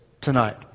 tonight